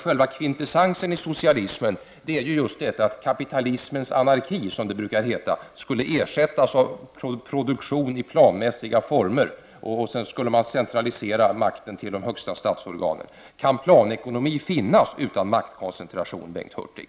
Själva kvintessensen i socialismen är ju just att kapitalismens anarki, som det brukar heta, skulle ersättas av produktion i planmässiga former. Därefter skulle man centralisera makten till de högsta statsorganen. Kan planekonomi finnas utan maktkoncentration, Bengt Hurtig?